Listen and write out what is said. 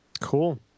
Cool